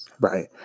Right